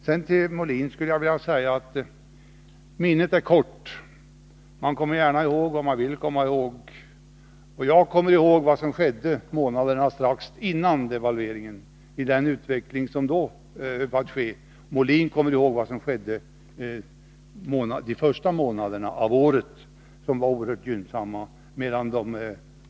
Till Björn Molin skulle jag vilja säga att minnet är kort — man kommer gärna ihåg bara vad man vill komma ihåg. Jag kommer ihåg vad som skedde och höll på att ske månaderna strax före devalveringen, Björn Molin kommer ihåg vad som skedde under det årets första månader, som var oerhört gynnsamma.